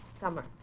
summer